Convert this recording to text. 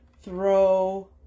Throw